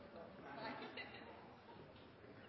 Nei, ikke